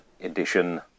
edition